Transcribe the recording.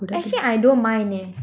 actually I don't mind eh